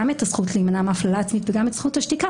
את הזכות להימנע מהפללה עצמית וגם את זכות השתיקה,